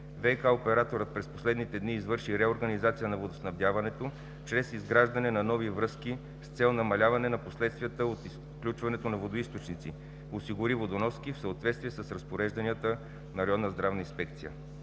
ВиК-операторът през последните дни извърши реорганизация на водоснабдяването чрез изграждане на нови връзки с цел намаляване на последствията от изключването на водоизточници, осигури водоноски в съответствие с разпорежданията на Районната здравна инспекция.